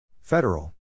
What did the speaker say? Federal